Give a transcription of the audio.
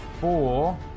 four